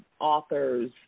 authors